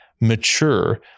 mature